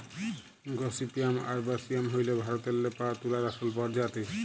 gossypium arboreum হ্যইল ভারতেল্লে পাউয়া তুলার আসল পরজাতি